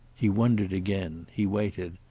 he wondered again he waited.